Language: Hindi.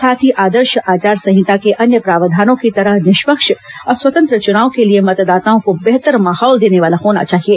साथ ही आदर्श आचार संहिता के अन्य प्रावधानों की तरह निष्पक्ष और स्वतंत्र चुनाव के लिए मतदाताओं को बेहतर माहौल देने वाला होना चाहिए